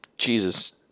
Jesus